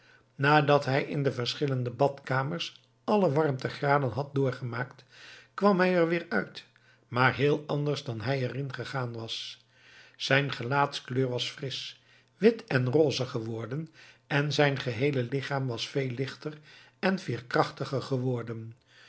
nadat hij in de verschillende badkamers alle warmtegraden had doorgemaakt kwam hij er weer uit maar heel anders dan hij erin gegaan was zijn gelaatskleur was frisch wit en rose geworden en zijn geheele lichaam was veel lichter en veerkrachtiger geworden